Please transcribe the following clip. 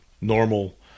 normal